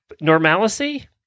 Normality